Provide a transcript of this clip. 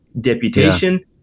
deputation